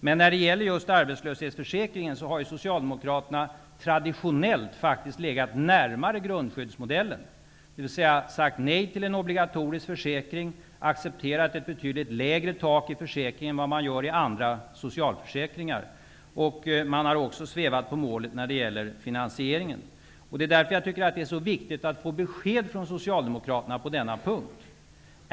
Men när det gäller just arbetslöshetsförsäkringen har Socialdemokraterna traditionellt faktiskt legat närmare grundskyddsmodellen, dvs. sagt nej till en obligatorisk försäkring och accepterat ett betydligt lägre tak i försäkringen än man gör i andra socialförsäkringar. Man har också svävat på målet när det gäller finansieringen. Det är därför jag tycker att det är så viktigt att få besked från Socialdemokraterna på denna punkt.